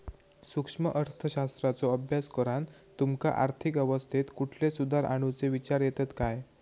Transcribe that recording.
सूक्ष्म अर्थशास्त्राचो अभ्यास करान तुमका आर्थिक अवस्थेत कुठले सुधार आणुचे विचार येतत काय?